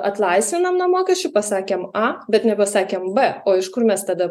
atlaisvinam nuo mokesčių pasakėm a bet nepasakėm b o iš kur mes tada